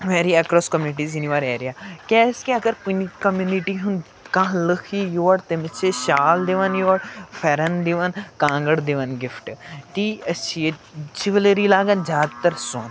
very across communities in your area کیٛازِکہِ اگر کُنہِ کوٚمنِٹی ہُنٛد کانٛہہ لٕکھ یی یور تٔمِس چھِ شال دِوان یور پھٮ۪رن دِون کانٛگٕر دِوان گفٹہٕ تی أسۍ چھِ ییٚتہِ جِؤلری لاگان زیادٕ تر سۄن